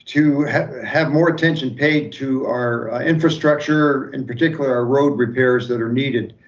to have more attention paid to our infrastructure and particularly our road repairs that are needed.